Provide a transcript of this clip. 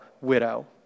widow